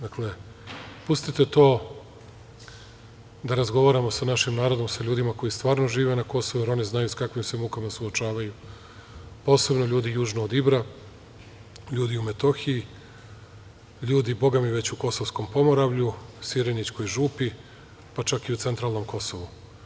Dakle, pustite to, da razgovaramo sa našim narodom, sa ljudima koji stvarno žive na Kosovu, jer oni znaju sa kakvim se mukama suočavaju, posebno ljudi južno od Ibra, ljudi u Metohiji, ljudi u Kosovskom pomoravlju, Sirenićkoj župi, pa čak i u centralnom Kosovu.